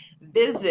visit